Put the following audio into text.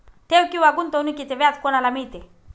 ठेव किंवा गुंतवणूकीचे व्याज कोणाला मिळते?